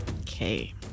Okay